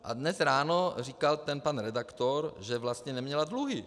A dnes ráno říkal ten pan redaktor, že vlastně neměla dluhy.